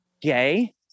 gay